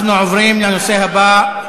אנחנו עוברים לנושא הבא.